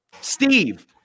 Steve